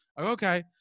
Okay